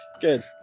Good